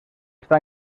està